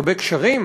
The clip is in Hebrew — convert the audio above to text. הרבה קשרים,